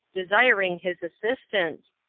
desiring his assistance,